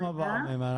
אנחנו